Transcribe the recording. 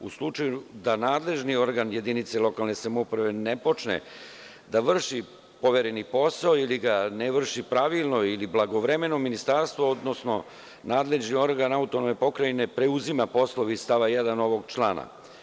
U slučaju da nadležni organ jedinice lokalne samouprave ne počne da vrši povereni posao ili ga ne vrši pravilno ili blagovremeno, ministarstvo, odnosno nadležni organ AP preuzima poslove iz stava 1. ovog člana.